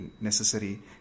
necessary